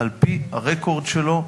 על-פי הרקורד שלו,